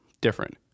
different